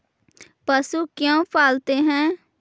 पशु क्यों पालते हैं?